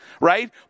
right